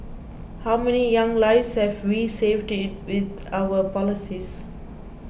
how many young lives have we saved it with our policies